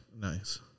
Nice